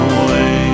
away